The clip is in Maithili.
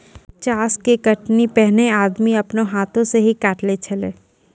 चास के कटनी पैनेहे आदमी आपनो हाथै से ही काटै छेलै